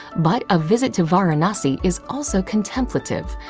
but a visit to varanasi is also contemplative,